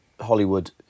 Hollywood